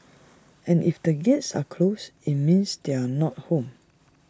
and if the gates are closed IT means they are not home